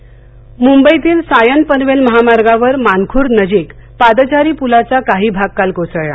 पल मुंबईतील सायन पनवेल महामार्गावर मानखुर्द नजीक पादचारी पुलाचा काही भाग काल कोसळला